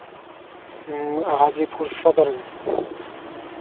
Hajipur Sadar